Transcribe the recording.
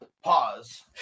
pause